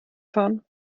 fahren